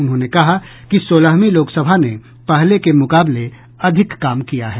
उन्होंने कहा कि सोलहवीं लोकसभा ने पहले के मुकाबले अधिक काम किया है